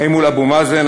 האם מול אבו מאזן,